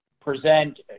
present